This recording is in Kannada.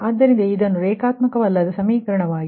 ಆದ್ದರಿಂದ ಇದನ್ನು ನನ್ ಲೀನಿಯರ್ ಸಮೀಕರಣವಾಗಿ ತೆಗೆದುಕೊಳ್ಳಿ